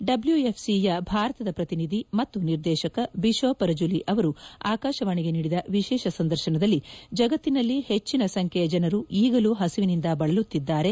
W F P ಭಾರತದ ಪ್ರತಿನಿಧಿ ಮತ್ತು ನಿರ್ದೇಶಕ ಬಿಶೋ ಪರಜುಲಿ ಅವರು ಆಕಾಶವಾಣಿಗೆ ನೀಡಿದ ವಿಶೇಷ ಸಂದರ್ಶನದಲ್ಲಿ ಜಗತ್ತಿನಲ್ಲಿ ಹೆಚ್ಚಿನ ಸಂಖ್ಯೆಯ ಜನರು ಈಗಲೂ ಹಸಿವಿನಿಂದ ಬಳಲುತ್ತಿದ್ದಾರೆ